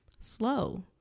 slow